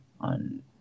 on